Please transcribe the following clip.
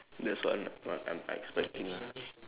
that's what I I'm expecting ah